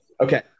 Okay